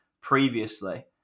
previously